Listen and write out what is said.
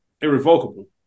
irrevocable